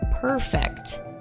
perfect